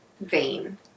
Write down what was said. vein